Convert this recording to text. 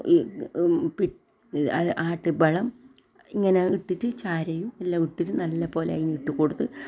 ഈ ആട്ട് വളം ഇങ്ങനെ ഇട്ടിട്ട് ചാരവും എല്ലാം ഇട്ടിട്ട് നല്ലപോലെ അതിന് ഇട്ടു കൊടുത്ത്